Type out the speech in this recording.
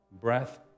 breath